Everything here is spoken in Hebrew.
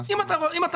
אם אתה רוצה,